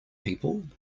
people